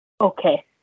Okay